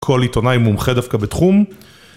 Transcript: כל עיתונאי מומחה דווקא בתחום.